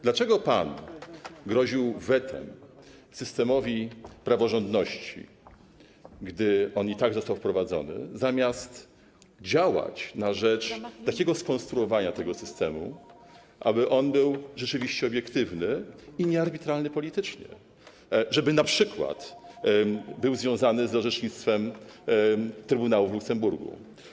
Dlaczego pan groził wetem systemowi praworządności, gdy on i tak został wprowadzony, zamiast działać na rzecz takiego skonstruowania tego systemu, aby on był rzeczywiście obiektywny i niearbitralny politycznie, żeby np. był związany z orzecznictwem trybunału w Luksemburgu?